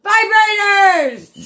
Vibrators